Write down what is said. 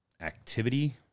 activity